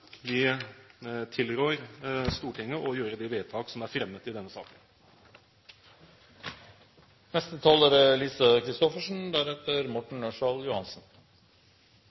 Vi tilrår Stortinget å gjøre de vedtak som er fremmet i denne saken.